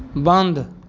बन्द